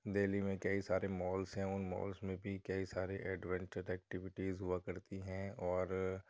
دہلی میں كئی سارے مالس ہیں اُن مالس میں بھی كئی سارے ایڈونٹر ایكٹویٹیز ہُوا كرتی ہیں اور